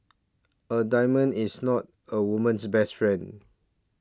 a diamond is not a woman's best friend